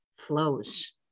flows